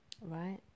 right